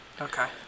Okay